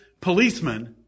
Policemen